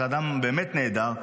אתה אדם באמת נהדר,